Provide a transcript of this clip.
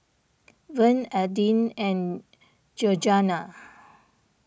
Verne Adin and Georganna